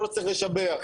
לא צריך לשבח,